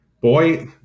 Boy